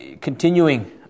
continuing